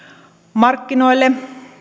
markkinoille